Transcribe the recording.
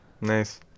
Nice